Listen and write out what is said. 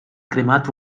cremat